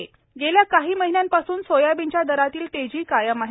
soybean गेल्या काही महिन्यांपासून सोयाबीनच्या दरातील तेजी कायम आहे